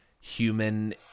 human